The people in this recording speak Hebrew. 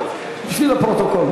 בשביל הפרוטוקול.